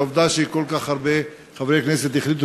העובדה שכל כך הרבה חברי כנסת החליטו